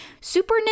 Super